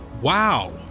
wow